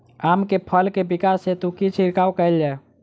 आम केँ फल केँ विकास हेतु की छिड़काव कैल जाए?